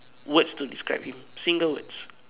words to describe him single words